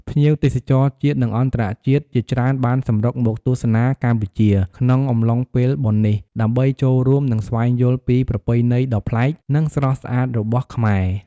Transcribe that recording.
ភ្ញៀវទេសចរជាតិ និងអន្តរជាតិជាច្រើនបានសម្រុកមកទស្សនាកម្ពុជាក្នុងអំឡុងពេលបុណ្យនេះ ដើម្បីចូលរួម និងស្វែងយល់ពីប្រពៃណីដ៏ប្លែក និងស្រស់ស្អាតរបស់ខ្មែរ។